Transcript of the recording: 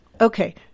Okay